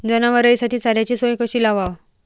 जनावराइसाठी चाऱ्याची सोय कशी लावाव?